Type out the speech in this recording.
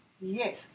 Yes